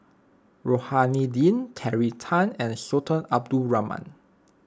Rohani Din Terry Tan and Sultan Abdul Rahman